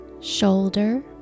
Shoulder